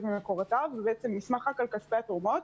ממקורותיו והוא נסמך רק על כספי התרומות.